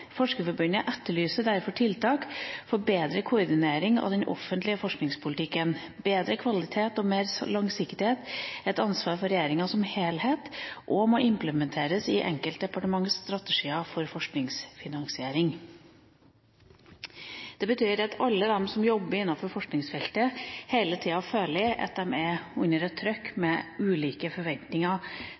etterlyser derfor tiltak for bedre koordinering av den offentlige forskningspolitikken. Bedre kvalitet og mer langsiktighet er et ansvar for Regjeringen som helhet og må implementeres i enkeltdepartementenes strategier for forskningsfinansiering.» Det betyr at alle de som jobber innenfor forskningsfeltet, hele tida føler at de er under et trykk, med ulike forventninger